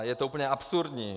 Je to úplně absurdní.